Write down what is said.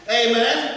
amen